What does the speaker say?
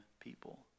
people